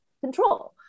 control